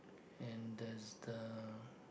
and there's the